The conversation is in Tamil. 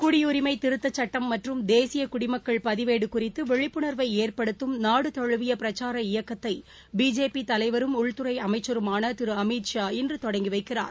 குடியுரிமை திருத்தச்சுட்டம் மற்றும் தேசிய குடிமக்கள் பதிவேடு குறித்து விழிப்புணர்வை ஏற்படுத்தும் நாடு தழுவிய பிரச்சார இயக்கத்தை பிஜேபி தலைவரும் உள்துறை அமைச்சருமான திரு அமித் ஷா இன்று தொடங்கி வைக்கிறார்